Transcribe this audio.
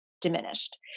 diminished